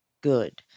good